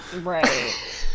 Right